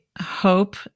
hope